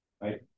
right